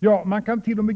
—-ja, man kant.o.m.